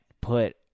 put